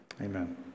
Amen